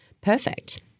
Perfect